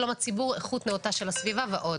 שלום הציבור, איכות נאותה של הסביבה ועוד.